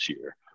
year